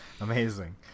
amazing